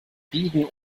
biegen